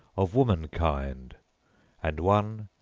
of womankind and one,